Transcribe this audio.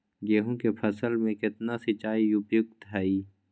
गेंहू के फसल में केतना सिंचाई उपयुक्त हाइ?